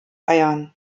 eiern